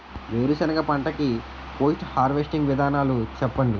వేరుసెనగ పంట కి పోస్ట్ హార్వెస్టింగ్ విధానాలు చెప్పండీ?